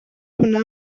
hwnna